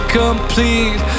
complete